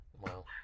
Wow